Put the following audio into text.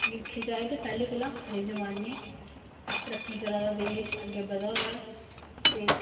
दिक्खेआ जाए ते पहले कोला खरे जमाने है तरक्की करा दा देश अग्गे बधा दा ते